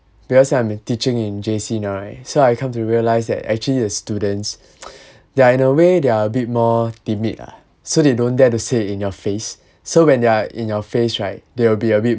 because I'm been teaching in J_C now right so I come to realise that actually the students they are in a way they are a bit more timid ah so they don't dare to say it in your face so when they're in your face right they will be a bit